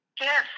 Yes